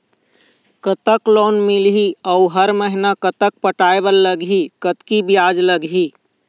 कतक लोन मिलही अऊ हर महीना कतक पटाए बर लगही, कतकी ब्याज लगही?